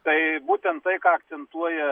tai būtent tai ką akcentuoja